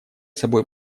собой